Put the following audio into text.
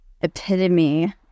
epitome